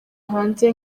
hanze